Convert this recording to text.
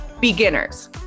beginners